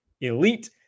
Elite